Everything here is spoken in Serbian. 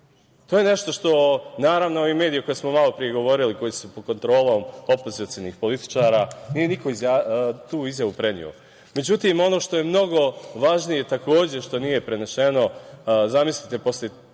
To je nešto što, naravno, ovi mediji o kojima smo malo pre govorili, koji su pod kontrolom opozicionih političara, nije niko tu izjavu preneo.Međutim, ono što je mnogo važnije, što takođe nije prenešeno, zamislite, posle